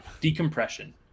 Decompression